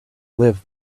live